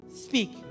speak